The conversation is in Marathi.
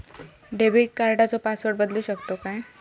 डेबिट कार्डचो पासवर्ड बदलु शकतव काय?